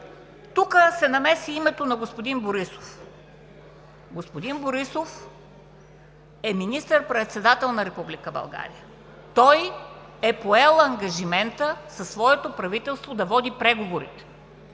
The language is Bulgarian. Тук се намеси името на господин Борисов. Господин Борисов е министър-председател на Република България. Той е поел ангажимента със своето правителство да води преговорите.